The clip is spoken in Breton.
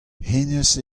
hennezh